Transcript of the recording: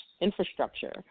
infrastructure